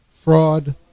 fraud